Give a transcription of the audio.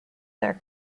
their